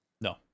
No